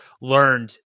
learned